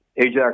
Ajax